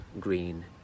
green